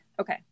Okay